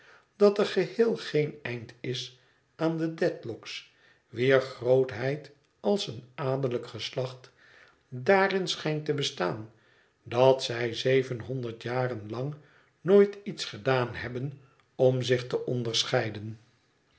dat er geheel geen eind is aan de dedlock's wier grootheid als een adellijk geslacht daarin schijnt te bestaan dat zij zevenhonderd jaren lang nooit iets gedaan hebben om zich te onderscheiden